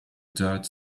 dirt